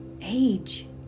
age